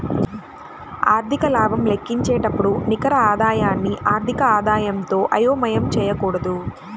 ఆర్థిక లాభం లెక్కించేటప్పుడు నికర ఆదాయాన్ని ఆర్థిక ఆదాయంతో అయోమయం చేయకూడదు